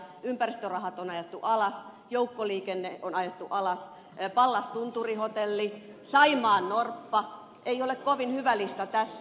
ympäristörahat on ajettu alas joukkoliikenne on ajettu alas pallastunturin hotelli saimaannorppa ei ole kovin hyvä lista tässä